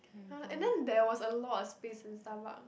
uh and then there was a lot of space in Starbucks